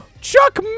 Chuck